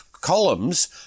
columns